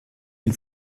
ihn